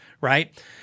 Right